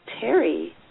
Terry